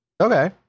Okay